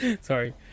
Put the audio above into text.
Sorry